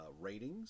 Ratings